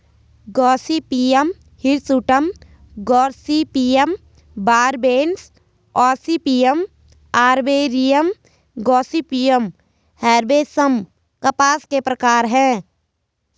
Gossypium hirsutum, gossypium barbadense, gossypium arboreum, gossypium herbaceum कपास के प्रकार है